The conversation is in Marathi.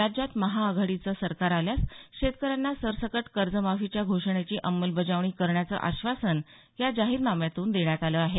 राज्यात महाआघाडीचं सरकार आल्यास शेतकऱ्यांना सरसकट कर्जमाफीच्या घोषणेची अंमलबजावणी करण्याचं आश्वासन या जाहीरनाम्यातून देण्यात आलं आहे